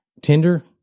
Tinder